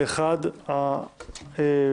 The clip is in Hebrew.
פה אחד התקנות יועברו לדיון בוועדת החוקה,